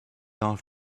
off